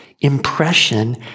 impression